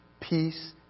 Peace